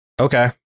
Okay